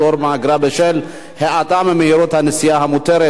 פטור מאגרה בשל האטה ממהירות הנסיעה המותרת),